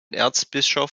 erzbischof